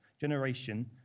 generation